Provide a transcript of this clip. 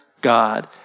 God